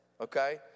okay